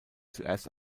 zuerst